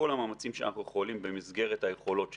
כל המאמצים שאנחנו יכולים במסגרת היכולות שלנו,